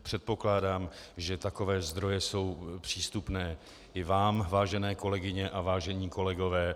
Předpokládám, že takové zdroje jsou přístupné i vám, vážené kolegyně a vážení kolegové.